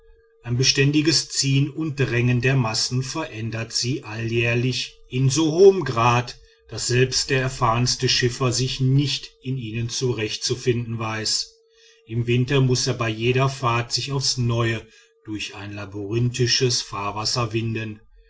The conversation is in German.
ein beständiges ziehen und drängen der massen verändert sie alljährlich in so hohem grad daß selbst der erfahrenste schiffer sich nicht in ihnen zurechtzufinden weiß im winter muß er bei jeder fahrt sich aufs neue durch ein labyrinthisches fahrwasser winden